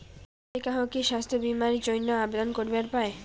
যে কাহো কি স্বাস্থ্য বীমা এর জইন্যে আবেদন করিবার পায়?